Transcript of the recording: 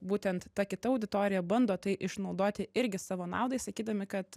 būtent ta kita auditorija bando tai išnaudoti irgi savo naudai sakydami kad